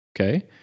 Okay